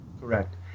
Correct